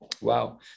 Wow